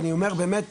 ואני אומר באמת,